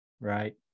right